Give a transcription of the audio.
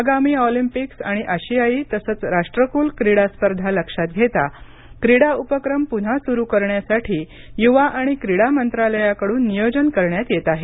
आगामी ऑलिम्पिक्स आणि आशियाई तसंच राष्ट्रकुल क्रीडा स्पर्धा लक्षात घेता क्रीडा उपक्रम पुन्हा सुरु करण्यासाठी युवा आणि क्रीडा मंत्रालयाकडून नियोजन करण्यात येत आहे